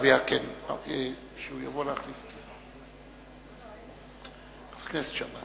הסביבה לוועדה משותפת של ועדת הפנים והגנת הסביבה וועדת החוקה,